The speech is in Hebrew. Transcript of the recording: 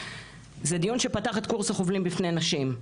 זה דיון שפתח את קורס החובלים בפני נשים,